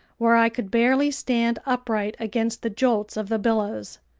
where i could barely stand upright against the jolts of the billows.